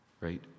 Right